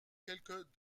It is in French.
quelques